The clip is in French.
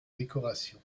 décoration